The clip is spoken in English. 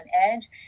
edge